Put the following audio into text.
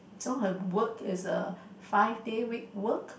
so her work is a five day week work